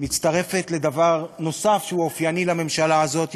מצטרפת לדבר נוסף שהוא אופייני לממשלה הזאת,